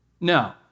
No